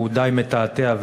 הוא די מתעתע,